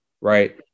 Right